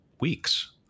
weeks